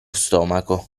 stomaco